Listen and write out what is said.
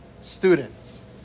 students